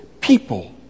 people